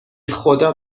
خدا